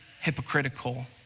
hypocritical